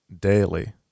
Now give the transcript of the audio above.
daily